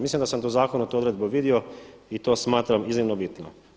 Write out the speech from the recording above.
Mislim da sam u zakonu tu odredbu vidio i to smatram iznimno bitno.